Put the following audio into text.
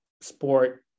sport